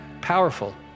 powerful